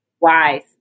Wise